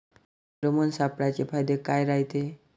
Pheromone सापळ्याचे फायदे काय रायते?